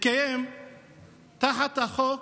התקיים תחת חוק